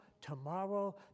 tomorrow